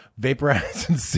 vaporizing